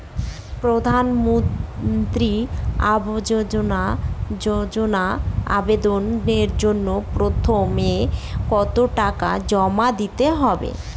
প্রধানমন্ত্রী আবাস যোজনায় আবেদনের জন্য প্রথমে কত টাকা জমা দিতে হবে?